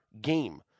game